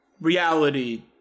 reality